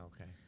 Okay